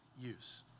use